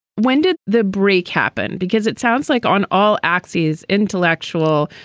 when did the break happen? because it sounds like on all axes, intellectual,